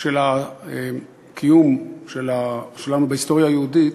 של הקיום שלנו, בהיסטוריה היהודית,